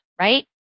right